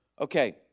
Okay